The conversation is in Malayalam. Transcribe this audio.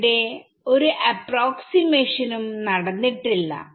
ഇവിടെ ഒരു അപ്രോക്സിമേഷനും നടന്നിട്ടില്ല